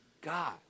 God